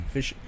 Fish